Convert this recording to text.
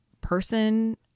person